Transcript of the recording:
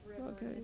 Okay